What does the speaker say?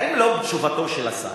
האם בתשובתו של השר,